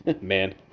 Man